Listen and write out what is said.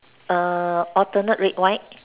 err alternate red white